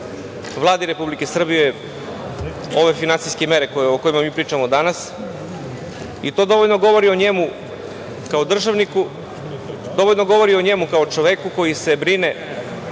Vladi Republike Srbije ove finansijske mere o kojima mi pričamo danas i to dovoljno govori o njemu kao državniku, dovoljno govori o njemu kao čoveku koji se brine